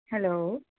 hello